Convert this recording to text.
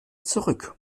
zurück